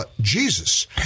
Jesus